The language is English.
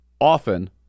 often